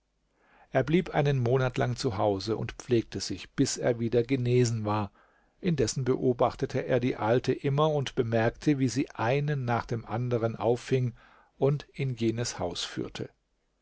er blieb einen monat lang zu hause und pflegte sich bis er wieder genesen war indessen beobachtete er die alte immer und bemerkte wie sie einen nach dem anderen auffing und in jenes haus führte